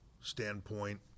standpoint